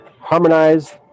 harmonize